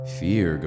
fear